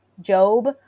Job